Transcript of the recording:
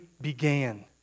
began